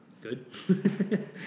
Good